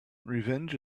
revenge